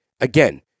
again